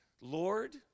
Lord